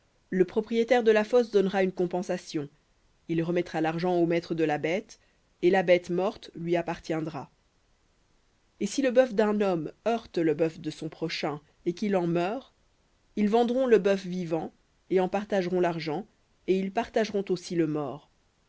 le propriétaire de la fosse donnera une compensation il remettra l'argent au maître de la et la bête morte lui appartiendra et si le bœuf d'un homme heurte le bœuf de son prochain et qu'il en meure ils vendront le bœuf vivant et en partageront l'argent et ils partageront aussi le mort